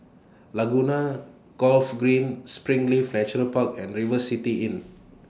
Laguna Golf Green Springleaf Natural Park and River City Inn